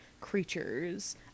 creatures